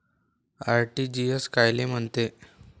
RTGS कायले म्हनते?